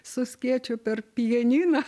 su skėčiu per pianiną